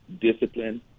discipline